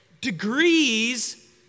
degrees